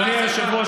אדוני היושב-ראש,